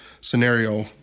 scenario